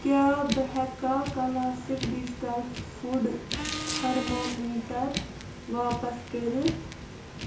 کیٛاہ بہٕ ہیٚکا کلاسِک ڈِجِٹل فُڈ تھٔرمومیٖٹر واپس کٔرِتھ